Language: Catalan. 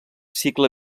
cicle